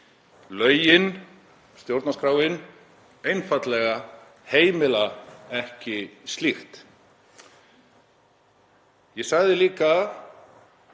Lögin, stjórnarskráin, einfaldlega heimila ekki slíkt. Ég sagði líka